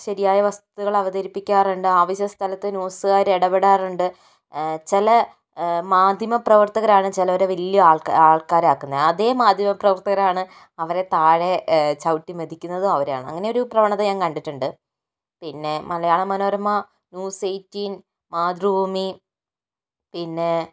ശരിയായ വസ്തുതകൾ അവതരിപ്പിക്കാറുണ്ട് ആവിശ്യ സ്ഥലത്ത് ന്യൂസുകാർ ഇടപെടാറുണ്ട് ചില മധ്യപ്രവർത്തകരാണ് ചിലവരെ വലിയ ആൾക്കാരാക്കുന്നത് അതേ മാധ്യമ പ്രവർത്തകരാണ് അവരെ താഴെ ചവിട്ടി മെതിക്കുന്നതും അവരാണ് അങ്ങനെ ഒരു പ്രവണത ഞാൻ കണ്ടിട്ടുണ്ട് പിന്നെ മലയാള മനോരമ ന്യൂസ് ഐയ്റ്റീൻ മാതൃഭൂമി പിന്നെ